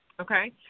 Okay